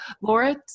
Laura